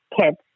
kids